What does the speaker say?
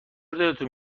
دلتون